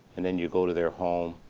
and then you go to their home